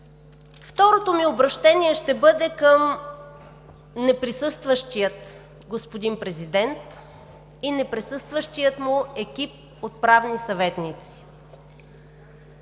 Второто ми обръщение ще бъде към неприсъстващия господин президент и неприсъстващия му екип от правни съветници.